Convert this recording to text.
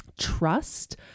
trust